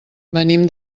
venim